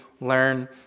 learn